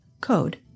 code